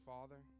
Father